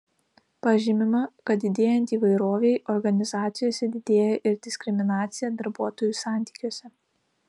pažymima kad didėjant įvairovei organizacijose didėja ir diskriminacija darbuotojų santykiuose